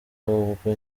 ubwo